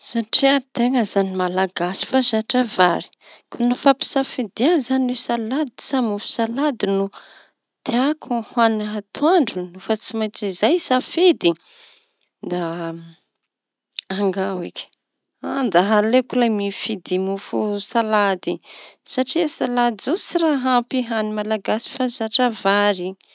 Satria izañy teña efa malagasy efa zatra vary koa no ampisafidia izañy salady sa mofo salady no tiako atoandro no fa tsy maintsy zay safidia da angao eky da aleoko lay misafidy mofo salady satria salady zao tsy ampy malagasy efa zatra vary.